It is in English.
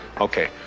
Okay